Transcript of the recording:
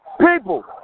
People